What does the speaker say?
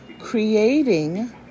Creating